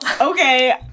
okay